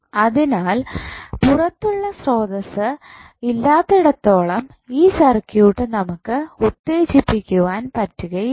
അതിനാൽ പുറത്തുള്ള സ്രോതസ്സ് ഇല്ലാത്തിടത്തോളം ഈ സർക്യൂട്ട് നമുക്ക് ഉത്തേജിപ്പിക്കുവാൻ പറ്റുകയില്ല